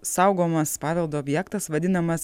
saugomas paveldo objektas vadinamas